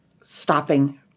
stopping